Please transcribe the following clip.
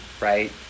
right